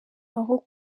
aho